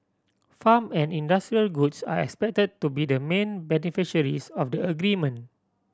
farm and industrial goods are expected to be the main beneficiaries of the agreement